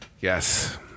Yes